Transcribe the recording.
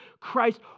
Christ